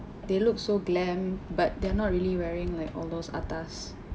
they looked so glam but they're not really wearing like all those atas